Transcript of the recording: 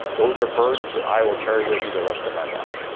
those are burdens that i will carry with me the rest of my life.